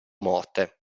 morte